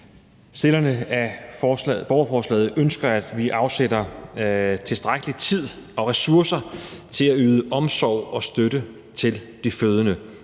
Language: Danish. Stillerne af borgerforslaget ønsker, at vi afsætter tilstrækkelig tid og ressourcer til at yde omsorg og støtte til de fødende.